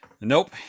Nope